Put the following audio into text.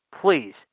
please